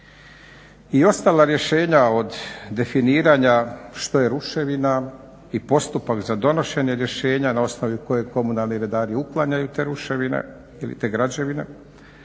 I ostala rješenja od definiranja što je ruševina i postupak za donošenje rješenja na osnovi kojeg komunalni redari uklanjaju te ruševine ili te građevine